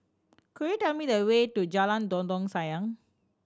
could you tell me the way to Jalan Dondang Sayang